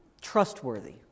trustworthy